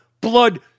blood